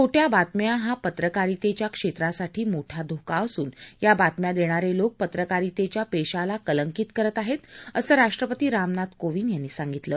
खोड्रीा बातम्या हा पत्रकारितेच्या क्षेत्रासाठी मोठा धोका असून या बातम्या देणारे लोक पत्रकारितेच्या पेशाला कलंकित करत आहेत असं राष्ट्रपती रामनाथ कोविंद यांनी सांगितलं